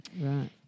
Right